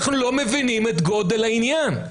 אנחנו לא מבינים את גודל העניין.